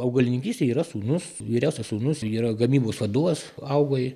augalininkystėj yra sūnus vyriausias sūnus yra gamybos vadovas augoj